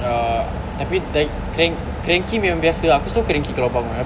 ah tapi like crank~ cranky memang biasa ah aku selalu cranky kalau bangun